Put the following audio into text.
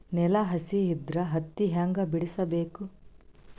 ನೆಲ ಹಸಿ ಇದ್ರ ಹತ್ತಿ ಹ್ಯಾಂಗ ಬಿಡಿಸಬೇಕು?